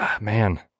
man